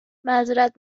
معظرت